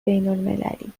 بینالمللی